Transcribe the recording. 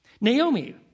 Naomi